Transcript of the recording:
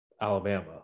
Alabama